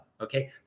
Okay